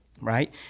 right